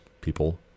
people